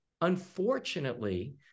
Unfortunately